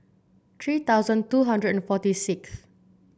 three thousand two hundred and forty six